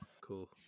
Cool